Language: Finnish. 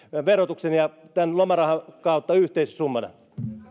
verotuksen ja tämän lomarahan kautta yhteissummana